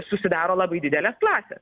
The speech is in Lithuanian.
susidaro labai didelės klasės